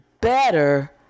Better